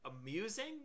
amusing